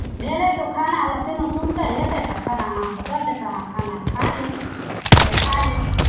भेलै तऽ ओ खाना लयतै ओ सुनतै अयतै तऽ खाना अहाँकेँ दऽ देत अहाँ खाना खा लेब जे खा लेब